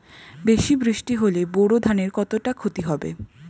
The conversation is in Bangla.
বেশি বৃষ্টি হলে বোরো ধানের কতটা খতি হবে?